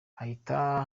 hahita